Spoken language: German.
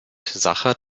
sacher